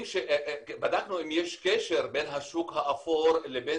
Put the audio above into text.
בדקנו אם יש קשר בין השוק האפור לבין